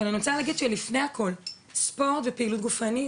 אבל אני רוצה להגיד שלפני הכל ספורט ופעילות גופנית